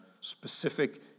specific